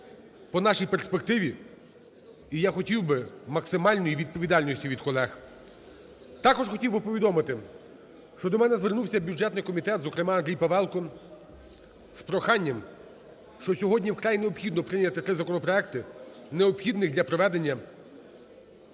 по нашій перспективі. І я хотів би максимальної відповідальності від колег. Також хотів би повідомити, що до мене звернувся бюджетний комітет, зокрема Андрій Павелко, з проханням, що сьогодні вкрай необхідно прийняти три законопроекти, необхідних для проведення